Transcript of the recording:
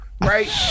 Right